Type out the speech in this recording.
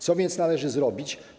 Co więc należy zrobić?